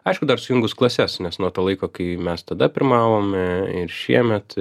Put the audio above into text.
aišku dar sujungus klases nes nuo to laiko kai mes tada pirmavome ir šiemet